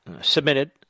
submitted